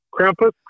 Krampus